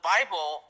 Bible